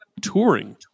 touring